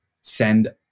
send